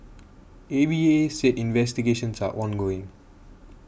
A V A said investigations are ongoing